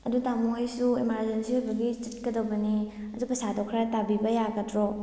ꯑꯗꯣ ꯇꯥꯃꯣ ꯑꯩꯁꯨ ꯏꯃ꯭ꯔꯖꯦꯟꯁꯤ ꯑꯣꯏꯕꯒꯤ ꯆꯠꯀꯗꯕꯅꯦ ꯑꯗꯨ ꯄꯩꯁꯥꯗꯣ ꯈꯔ ꯇꯥꯕꯤꯕ ꯌꯥꯒꯗ꯭ꯔꯣ